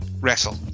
wrestle